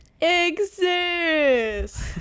exist